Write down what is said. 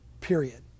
period